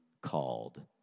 called